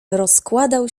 rozkładał